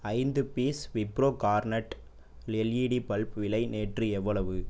ஐந்து piece Wipro Garnet LED bulb விலை நேற்று எவ்வளவு